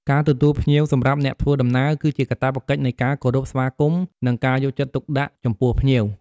ការទទួលភ្ញៀវសម្រាប់អ្នកធ្វើដំណើរ គឺជាកាតព្វកិច្ចនៃការគោរពស្វាគមន៍ និងការយកចិត្តទុកដាក់ចំពោះភ្ញៀវ។